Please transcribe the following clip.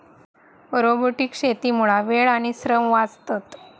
robotic शेतीमुळा वेळ आणि श्रम वाचतत